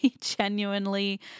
genuinely